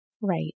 right